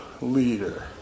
leader